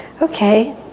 Okay